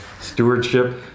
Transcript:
stewardship